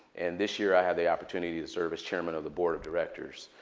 and this year i have the opportunity to serve as chairman of the board of directors.